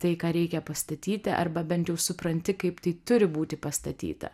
tai ką reikia pastatyti arba bent jau supranti kaip tai turi būti pastatyta